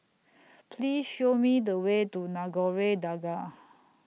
Please Show Me The Way to Nagore Dargah